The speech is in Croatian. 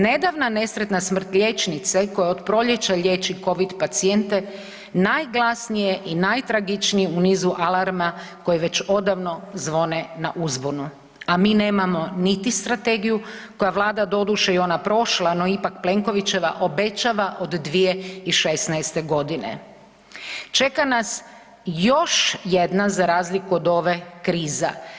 Nedavna nesretna smrt liječnica koja od proljeća liječi Covid pacijente, najglasnije i najtragičniji u nizu alarma koji već odavno zvone na uzbunu, a mi nemamo niti strategiju, koju Vlada doduše, i ona prošla, no ipak Plenkovićeva, obećava od 2016. g. Čeka nas još jedna, za razliku od ove, kriza.